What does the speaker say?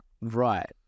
Right